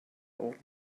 old